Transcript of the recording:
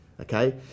okay